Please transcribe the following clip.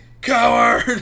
coward